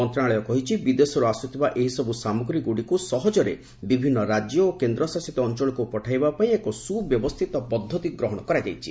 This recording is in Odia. ମନ୍ତ୍ରଣାଳୟ କହିଛି ବିଦେଶର୍ ଆସୁଥିବା ଏହିସବୁ ସାମଗ୍ରୀଗୁଡ଼ିକୁ ସହଜରେ ବିଭିନ୍ନ ରାଜ୍ୟ ଓ କେନ୍ଦ୍ରଶାସିତ ଅଞ୍ଚଳକ୍ ପଠାଇବାପାଇଁ ଏକ ସ୍ରବ୍ୟବସ୍ଥିତ ପଦ୍ଧତି ଗ୍ରହଣ କରାଯାଇଛି